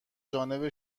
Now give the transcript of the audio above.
جانب